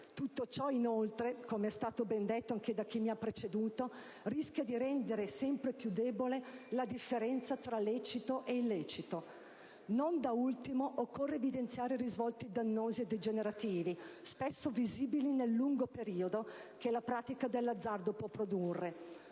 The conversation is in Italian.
Tutto ciò, inoltre, come è stato ben detto anche da chi mi ha preceduto, rischia di rendere sempre più debole la differenza tra lecito ed illecito. Non da ultimo, occorre evidenziare risvolti dannosi e degenerativi, spesso visibili nel lungo periodo, che la pratica dell'azzardo può produrre.